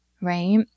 right